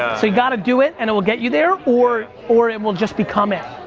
so you gotta do it and it will get you there, or or it will just become it.